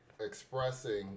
expressing